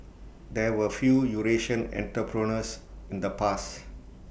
there were few Eurasian entrepreneurs in the past